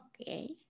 Okay